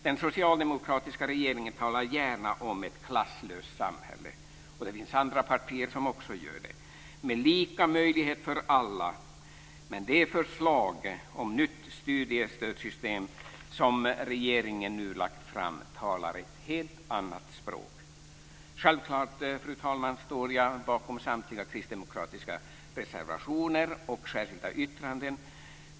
Den socialdemokratiska regeringen talar gärna om ett klasslöst samhälle, och det finns andra partier som också gör det, med lika möjlighet för alla. Men det förslag om nytt studiestödssystem som regeringen nu lagt fram talar ett helt annat språk. Fru talman! Självklart står jag bakom samtliga kristdemokratiska reservationer och särskilda yttranden.